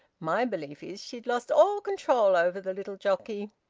my belief is she'd lost all control over the little jockey.